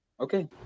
Okay